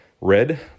red